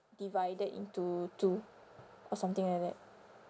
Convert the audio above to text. divided into two or something like that